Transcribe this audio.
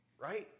right